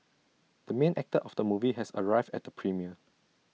the main actor of the movie has arrived at the premiere